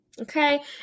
Okay